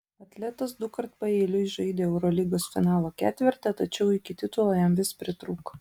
atletas dukart paeiliui žaidė eurolygos finalo ketverte tačiau iki titulo jam vis pritrūko